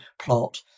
plot